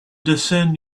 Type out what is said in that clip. discern